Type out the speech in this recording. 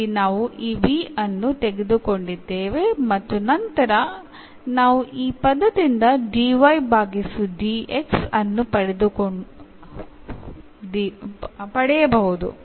ಇಲ್ಲಿ ನಾವು ಈ v ಅನ್ನು ತೆಗೆದುಕೊಂಡಿದ್ದೇವೆ ಮತ್ತು ನಂತರ ನಾವು ಈ ಪದದಿಂದ dy ಬಾಗಿಸು dx ಅನ್ನು ಪಡೆಯಬಹುದು